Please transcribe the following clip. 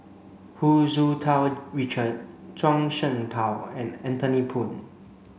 Hu Tsu Tau Richard Zhuang Shengtao and Anthony Poon